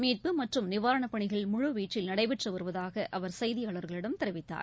மீட்பு மற்றும் நிவாரணப் பணிகள் முழு வீச்சில் நடைபெற்று வருவதாக அவர் செய்தியாளர்களிடம் தெரிவித்தார்